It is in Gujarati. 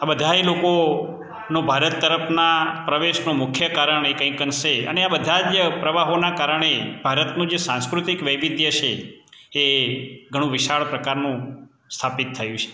આ બધાંય લોકો નો ભારત તરફનાં પ્રવેશનાં મુખ્ય કારણ એ કંઈક અંશે અને આ બધા જ પ્રવાહોનાં કારણે ભારતનું જે સાંસ્કૃતિક વૈવિધ્ય છે એ ઘણું વિશાળ પ્રકારનું સ્થાપિત થયું છે